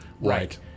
Right